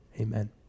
amen